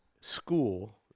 school